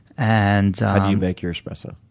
and ah do you make your espresso?